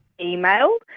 email